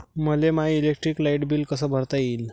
मले my electric light bill कस भरता येईल?